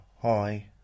Hi